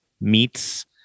meats